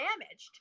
damaged